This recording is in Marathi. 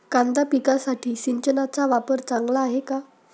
कांदा पिकासाठी सिंचनाचा वापर चांगला आहे का?